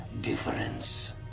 difference